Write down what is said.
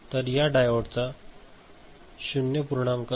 तर या डायोडचा ०